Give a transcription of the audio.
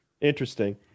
Interesting